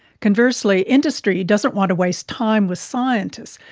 conversely, industry doesn't want to waste time with scientists,